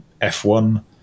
F1